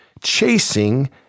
chasing